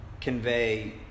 convey